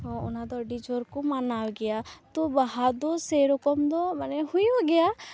ᱩᱱᱟ ᱫᱚ ᱟᱹᱰᱤ ᱡᱚᱨ ᱠᱚ ᱢᱟᱱᱟᱣ ᱜᱤᱭᱟ ᱛᱚ ᱵᱟᱦᱟ ᱫᱚ ᱥᱮᱨᱚᱠᱚᱢ ᱫᱚ ᱢᱟᱱᱮ ᱦᱩᱭᱩᱜ ᱜᱤᱭᱟ